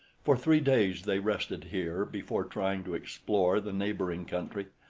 for three days they rested here before trying to explore the neighboring country.